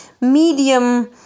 medium